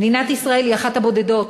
מדינת ישראל היא אחת הבודדות